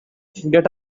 get